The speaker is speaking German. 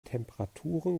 temperaturen